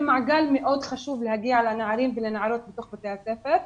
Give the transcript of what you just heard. מהווים מעגל מאוד חשוב להגיע לנערים ולנערות בתוך בתי הספר.